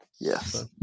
Yes